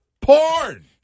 Porn